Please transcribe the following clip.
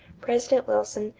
president wilson,